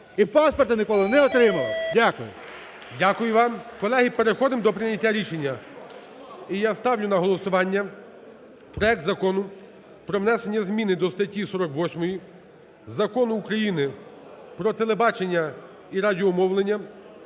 І паспорта ніколи не отримував. Дякую. ГОЛОВУЮЧИЙ. Дякую вам. Колеги, переходимо до прийняття рішення. І я ставлю на голосування проект Закону про внесення зміни до статті 48 Закону України "Про телебачення і радіомовлення"